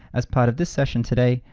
as part of this session today,